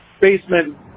basement